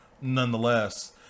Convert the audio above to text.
nonetheless